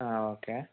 ആ ഓക്കേ